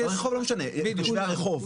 לא חושב איזה.